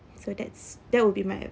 so that's that will be my